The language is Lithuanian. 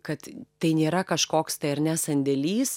kad tai nėra kažkoks tai ar ne sandėlys